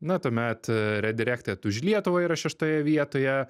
na tuomet redirected už lietuvą yra šeštoje vietoje